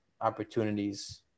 opportunities